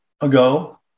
ago